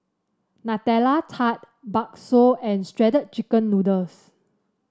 Nutella Tart bakso and Shredded Chicken Noodles